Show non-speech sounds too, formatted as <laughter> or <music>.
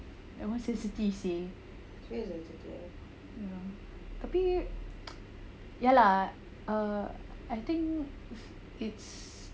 tak mau sensitive seh ya tapi <noise> ya lah err I think it's